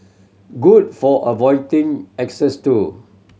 good for avoiding exes too